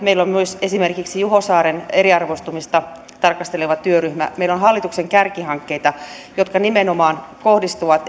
meillä on esimerkiksi juho saaren eriarvoistumista tarkasteleva työryhmä meillä on hallituksen kärkihankkeita jotka nimenomaan kohdistuvat